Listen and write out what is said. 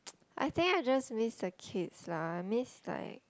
I think I just miss the kids lah I miss like